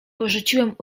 porzuciłem